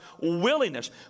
willingness